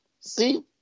See